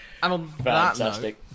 Fantastic